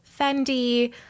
Fendi